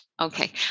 Okay